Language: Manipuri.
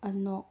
ꯑꯅꯣꯛ